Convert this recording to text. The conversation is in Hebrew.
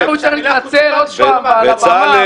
אחר כך הוא צריך להתנצל עוד פעם מעל הבמה.